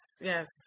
yes